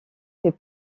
fait